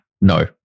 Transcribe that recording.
No